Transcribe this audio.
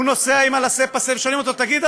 הוא נוסע עם ה-Laissez-Passer ושואלים אותו: תגיד,